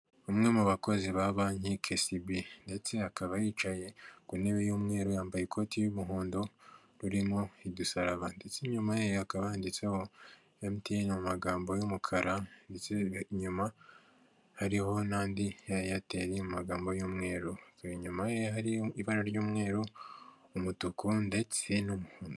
Umwe mu bakozi ba banki KCB, ndetse akaba yicaye ku ntebe y'umweru, yambaye ikoti ry'umuhondo ririmo udusaraba ndetse inyuma ye hakaba handitseho MTN mu magambo y'umukara ndetse inyuma hariho n'andi ya Airtel mu magambo y'umweru. Inyuma ye hari ibara ry'umweru umutuku ndetse n'umuhondo.